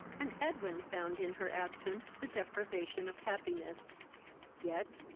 and edwin found in her absence the deprivation of happiness yet,